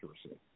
accuracy